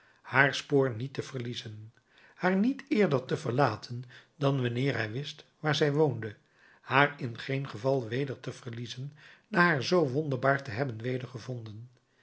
haar spoor niet te verliezen haar niet eerder te verlaten dan wanneer hij wist waar zij woonde haar in geen geval weder te verliezen na haar zoo wonderbaar te hebben